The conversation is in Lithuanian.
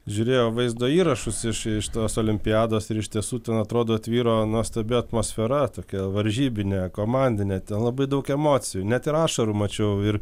žiūrėjau vaizdo įrašus iš iš tos olimpiados ir iš tiesų ten atrodo tvyro nuostabi atmosfera tokia varžybinė komandinė labai daug emocijų net ir ašarų mačiau ir